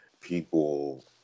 people